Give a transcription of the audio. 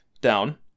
down